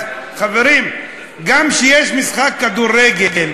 אז, חברים, גם כשיש משחק כדורגל,